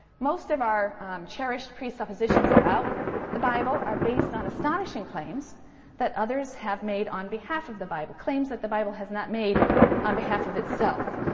most of our cherished presuppositions about the bible are based on astonishing claims that others have made on behalf of the bible, claims that the bible has not made on behalf of itself.